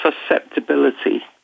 susceptibility